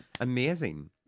Amazing